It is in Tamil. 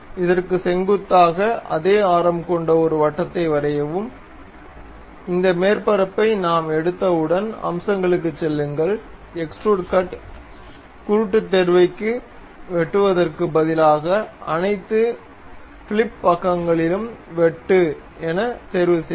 இதற்கு செங்குத்தாக அதே ஆரம் கொண்ட ஒரு வட்டத்தை வரையவும் இந்த மேற்பரப்பை நாம் எடுத்தவுடன் அம்சங்களுக்குச் செல்லுங்கள் எக்ஸ்ட்ரூட் கட் குருட்டு தேர்வுக்கு வெட்டுவதற்கு பதிலாக அனைத்து ஃபிளிப் பக்கங்களிலும் வெட்டு எனத் தேர்வு செய்க